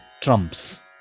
trumps